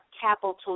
capital